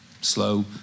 slow